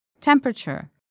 Temperature